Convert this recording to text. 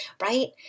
right